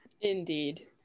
indeed